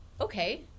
okay